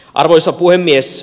arvoisa puhemies